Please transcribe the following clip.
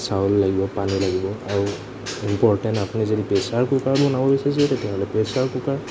চাউল লাগিব পানী লাগিব আৰু ইম্প'ৰ্টেণ্ট আপুনি যদি প্ৰেচাৰ কুকাৰ বনাব বিচাৰিছে তেতিয়াহ'লে প্ৰেছাৰ কুকাৰ